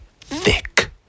thick